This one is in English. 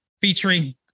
featuring